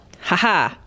haha